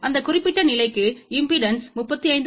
அந்த குறிப்பிட்ட நிலைக்கு இம்பெடன்ஸ் 35